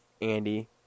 Andy